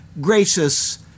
gracious